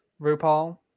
RuPaul